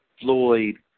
Floyd